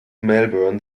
melbourne